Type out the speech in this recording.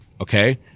okay